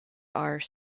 are